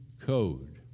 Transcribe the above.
code